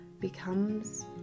becomes